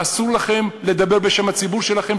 אסור לכם לדבר בשם הציבור שלכם,